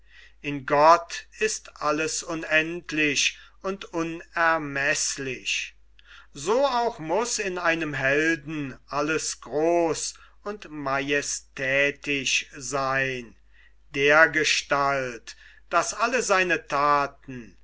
in gott ist alles unendlich und unermeßlich so auch muß in einem helden alles groß und majestätisch seyn dergestalt daß alle seine thaten